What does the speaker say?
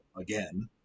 again